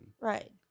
Right